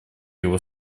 его